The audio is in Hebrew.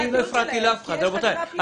כי יש חקירה פלילית.